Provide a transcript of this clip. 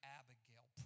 Abigail